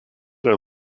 are